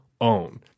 own